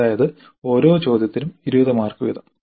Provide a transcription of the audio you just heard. അതായത് ഓരോ ചോദ്യത്തിനും 20 മാർക്ക് വീതം